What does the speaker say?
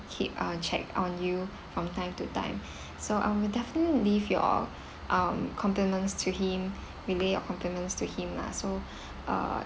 keep uh check on you from time to time so I will definitely leave your um compliments to him relay your compliments to him lah so uh